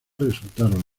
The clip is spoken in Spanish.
resultaron